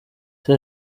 ese